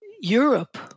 Europe